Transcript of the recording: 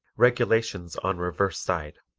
regulations on reverse side